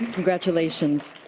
congratulations.